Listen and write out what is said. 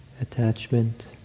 attachment